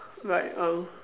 like um